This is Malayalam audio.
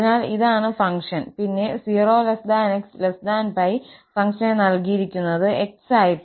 അതിനാൽ ഇതാണ് ഫംഗ്ഷൻ പിന്നെ 0𝑥𝜋 ഫംഗ്ഷനെ നൽകിയിരിക്കുന്നത് 𝑥 ആയിട്ടാണ്